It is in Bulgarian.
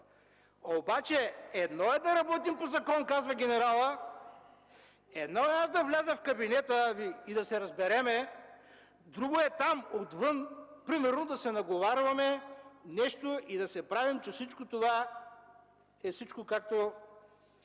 Обаче едно е да работим по закон, казва генералът, едно е аз да вляза в кабинета и да се разберем, друго е там, отвън примерно да се наговаряме нещо и да се правим, че всичко това е ...”, тук